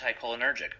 anticholinergic